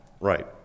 Right